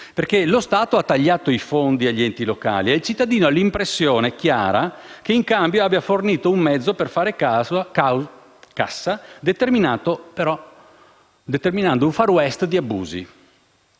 perché lo Stato ha tagliato i fondi agli enti locali e il cittadino ha l'impressione chiara che in cambio abbia fornito un mezzo per fare cassa determinando un *far west* di abusi.